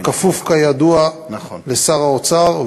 הכפוף, כידוע, לשר האוצר.